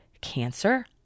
cancer